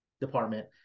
department